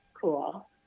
cool